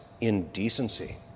indecency